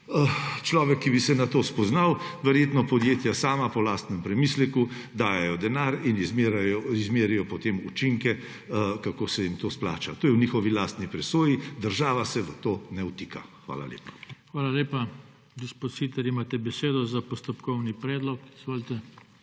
človek, ki bi se na to spoznal, verjetno podjetja sama po lastnem premisleku dajejo denar in izmerijo potem učinke, kako se jim to splača. To je v njihovi lastni presoji, država se v to ne vtika. Hvala lepa. PODPREDSEDNIK JOŽE TANKO: Hvala lepa. Gospod Siter, imate besedo za postopkovni predlog. Izvolite.